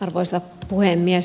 arvoisa puhemies